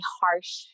harsh